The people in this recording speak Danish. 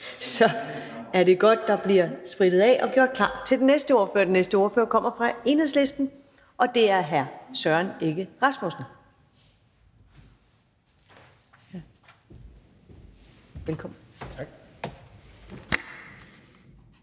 er det godt, der bliver sprittet af og gjort klar til den næste ordfører. Den næste ordfører kommer fra Enhedslisten, og det er hr. Søren Egge Rasmussen. Kl.